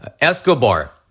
Escobar